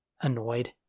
annoyed